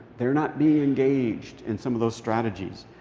they're not being engaged in some of those strategies.